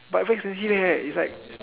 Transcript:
but is very expensive is like